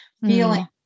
feeling